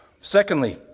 Secondly